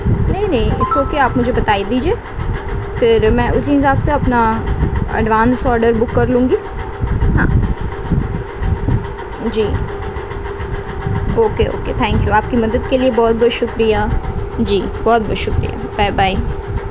نہیں نہیں it's okay آپ مجھے بتائی دیجیے پھر اسی حساب سے اپنا ایڈوانس آرڈر بک کر لوں گی ہاں جی okay okay thank you آپ کی مدد کے لیے بہت بہت شلریہ جی بہت بہت شکریہ بائے بائے